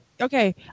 Okay